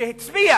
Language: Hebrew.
שהצביע